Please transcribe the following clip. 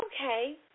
okay